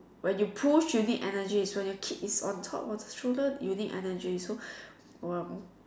when you push you need energy when your kid is on top of the stroller you need energy so